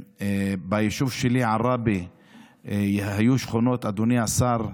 ביישוב שלי, עראבה, היו שכונות, אדוני השר,